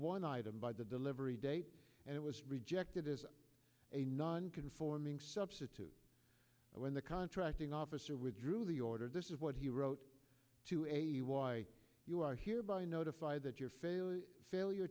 one item by the delivery date and it was rejected as a nonconforming substitute when the contracting officer withdrew the order this is what he wrote to a why you are hereby notified that your failure